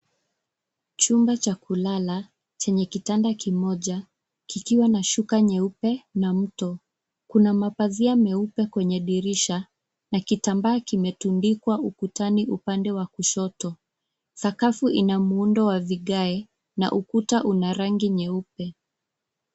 Chumba cha kulala chenye kitanda kimoja kikiwa na shuka nyeupe na mto. Kuna mapazia meupe kwenye dirisha na Kitambaa kimetundikwa dirishani upande wa kushoto. Sakafu inamuundo wa vigae na ukuta unarangi nyeupe.